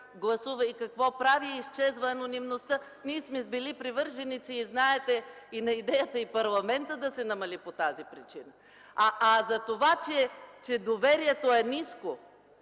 гласува и какво прави и изчезва анонимността. Ние сме били привърженици, знаете, и на идеята парламентът да се намали по тази причина. А това, че доверието е ниско